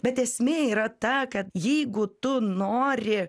bet esmė yra ta kad jeigu tu nori